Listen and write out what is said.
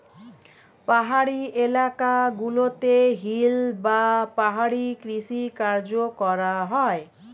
পাহাড়ি এলাকা গুলোতে হিল বা পাহাড়ি কৃষি কাজ করা হয়